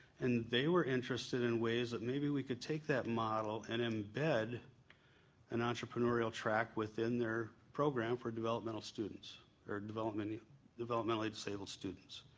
and they were interested in ways that maybe we could take that model and embed an entrepreneurial track within their program for developmental students or developmentally developmentally disabled students.